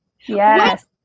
yes